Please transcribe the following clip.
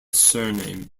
surname